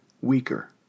weaker